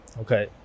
Okay